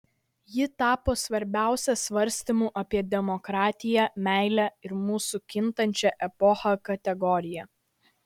ji tapo svarbiausia svarstymų apie demokratiją meilę ir mūsų kintančią epochą kategorija